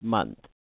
Month